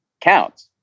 counts